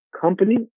company